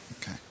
Okay